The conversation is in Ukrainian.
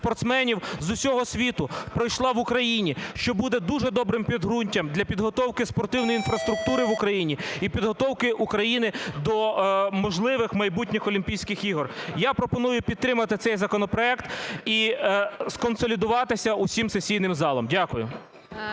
спортсменів з усього світу, пройшла в Україні, що буде дуже добрим підґрунтям для підготовки спортивної інфраструктури в Україні і підготовки України до можливих майбутніх Олімпійських ігор. Я пропоную підтримати цей законопроект і сконсолідуватися усім сесійним залом. Дякую.